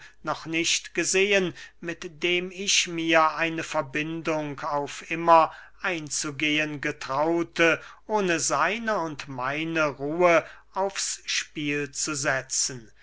noch nicht gesehen mit dem ich mir eine verbindung auf immer einzugehen getraute ohne seine und meine ruhe aufs spiel zu setzen